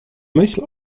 myśl